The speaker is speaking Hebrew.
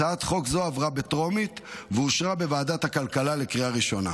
הצעת חוק זו עברה בטרומית ואושרה בוועדת הכלכלה לקריאה ראשונה,